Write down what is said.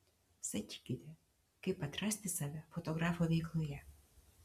sakykite kaip atrasti save fotografo veikloje